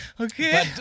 Okay